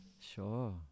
sure